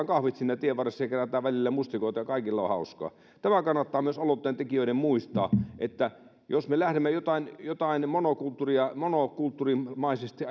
kahvit tienvarressa kerätään välillä mustikoita ja kaikilla on hauskaa tämä kannattaa myös aloitteen tekijöiden muistaa että jos me lähdemme monokulttuurimaisesti monokulttuurimaisesti